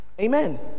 Amen